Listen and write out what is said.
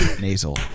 nasal